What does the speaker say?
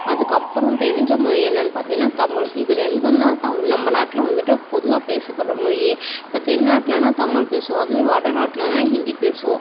அதற்கப்பறம் தெரிஞ்ச மொழி என்னன்னு பார்த்தீங்கன்னா தமிழ் இது ரெண்டும் தான் த நம்ம நாட்டில் வந்துவிட்டு பொதுவாக பேசப்படுற மொழியே இப்போ தென் நாட்லன்னா தமிழ் பேசுவோம் அதுவே வடநாட்டுலன்னா ஹிந்தி பேசுவோம்